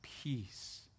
peace